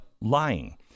lying